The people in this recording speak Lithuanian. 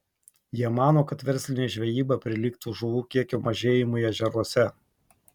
jie mano kad verslinė žvejyba prilygtų žuvų kiekio mažėjimui ežeruose